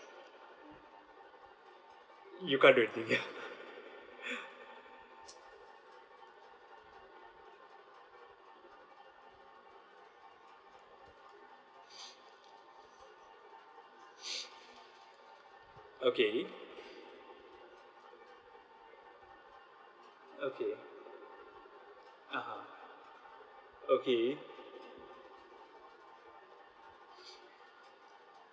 you can't do anything ya okay okay (uh huh) okay